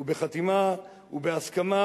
ובחתימה ובהסכמה,